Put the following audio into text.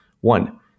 One